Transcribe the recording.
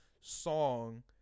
song